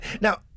Now